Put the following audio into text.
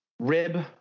rib